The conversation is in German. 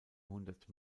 hundert